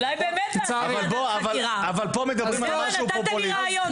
אבל פה מדברים על משהו פופוליסטי.